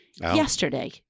yesterday